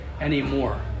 anymore